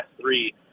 three